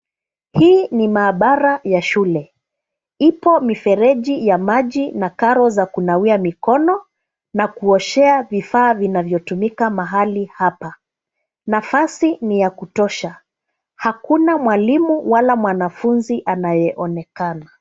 Hii ni maabara ya shule. Ipo mifereji ya maji na karo za kunawia mikono na kuoshea vifaa vinavyotumika mahali hapa. Nafasi ni ya kutosha. Hakuna mwalimu wala mwanafunzi anayeonekana.